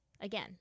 Again